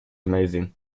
amazing